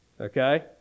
okay